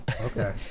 Okay